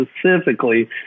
specifically